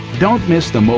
don't miss the mobile